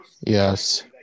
Yes